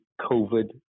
COVID